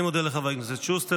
אני מודה לחבר הכנסת שוסטר,